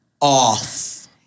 off